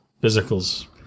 Physical's